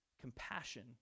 compassion